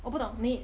我不懂你